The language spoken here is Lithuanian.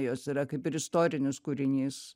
jos yra kaip ir istorinis kūrinys